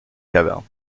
cavernes